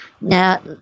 now